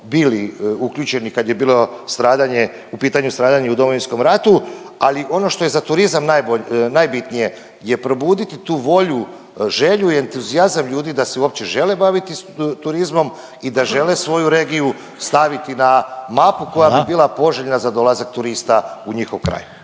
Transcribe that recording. bili uključeni kad je bilo stradanje u pitanju stradanje u Domovinskom ratu, ali ono što je za turizam najbitnije je probuditi tu volju, želju i entuzijazam ljudi da se uopće žele baviti turizmom i da žele svoju regiju staviti na mapu …/Upadica Reiner: Hvala./… koja bi bila poželjna za dolazak turista u njihov kraj.